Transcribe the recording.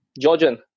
Georgian